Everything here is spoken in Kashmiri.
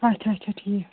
اَچھا اَچھا ٹھیٖک